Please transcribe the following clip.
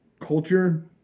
culture